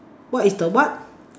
what is the what